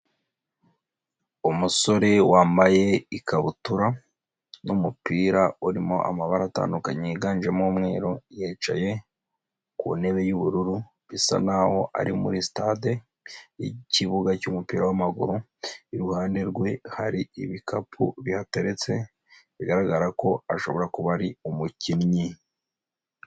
Umusore wambaye ikabutura n'umupira urimo amabara atandukanye yiganjemo umweru, yicaye ku ntebe y'ubururu, bisa naho ari muri sitade y'ikibuga cy'umupira w'amaguru, iruhande rwe hari ibikapu bihateretse, bigaragara ko ashobora kuba ari umukinnyi.